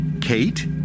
Kate